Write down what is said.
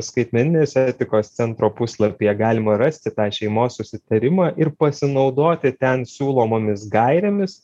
skaitmeninės etikos centro puslapyje galima rasti tą šeimos susitarimą ir pasinaudoti ten siūlomomis gairėmis